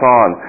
on